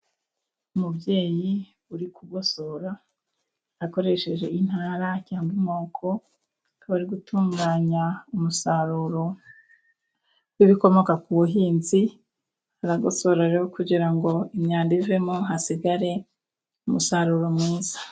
Umubyeyi uri kugosora akoresheje intara cyangwa inkoko akaba ari gutunganya umusaruro w'ibikomoka ku buhinzi, aragosora rero kugira ngo imyanda ivemo hasigare umusaruro mwiza.